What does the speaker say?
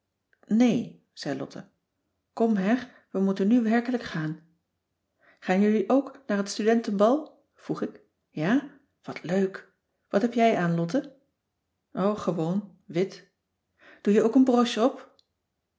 nee zei lotte kom her we moeten nu werkelijk gaan gaan jullie ook naar het studentenbal vroeg ik ja wat leuk wat heb jij aan lotte o gewoon wit doe je ook een broche